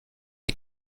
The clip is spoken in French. est